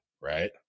right